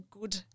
good